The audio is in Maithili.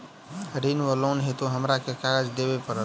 ऋण वा लोन हेतु हमरा केँ कागज देबै पड़त?